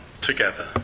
together